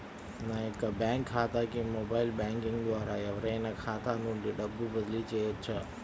నా యొక్క బ్యాంక్ ఖాతాకి మొబైల్ బ్యాంకింగ్ ద్వారా ఎవరైనా ఖాతా నుండి డబ్బు బదిలీ చేయవచ్చా?